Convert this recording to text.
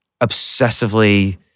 obsessively